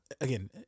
again